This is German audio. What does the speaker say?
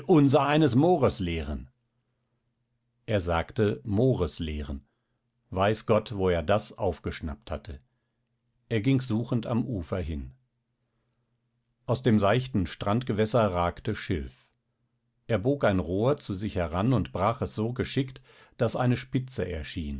unsereines mores lehren er sagte mores lehren weiß gott wo er das aufgeschnappt hatte er ging suchend am ufer hin aus dem seichten strandgewässer ragte schilf er bog ein rohr zu sich heran und brach es so geschickt daß eine spitze erschien